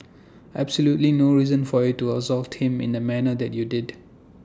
absolutely no reason for you to assault him in the manner that you did